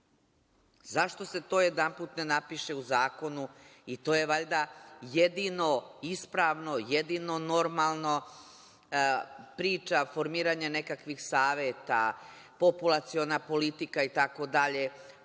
Zašto se to jedanput ne napiše u zakonu? I to je valjda jedino ispravno, jedino normalno, priča formiranja nekakvih saveta, populaciona politika, itd,